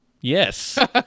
Yes